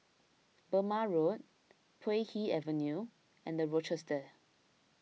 Burmah Road Puay Hee Avenue and the Rochester